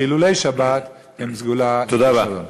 חילולי שבת הם סגולה לכישלון.